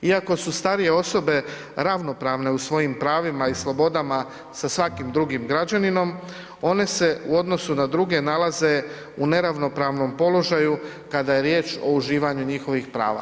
Iako su starije osobe ravnopravne u svojim pravima i slobodama sa svakim drugim građaninom, one se u odnosu na druge nalaze u neravnopravnom položaju kada je riječ o uživanju njihovih prava.